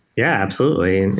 yeah, absolutely.